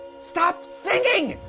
stop singing.